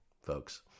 folks